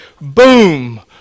boom